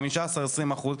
20-15 אחוז,